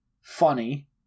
funny